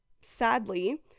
sadly